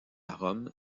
rome